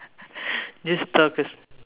just talk as